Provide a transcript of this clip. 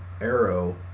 Arrow